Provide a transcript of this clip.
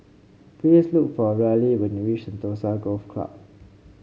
please look for Riley when you reach Sentosa Golf Club